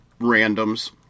randoms